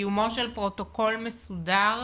קיומו של פרוטוקול מסודר